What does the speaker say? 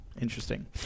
Interesting